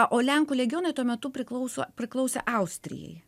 o lenkų legionai tuo metu priklauso priklausė austrijai